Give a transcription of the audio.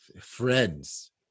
friends